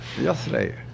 yesterday